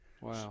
Wow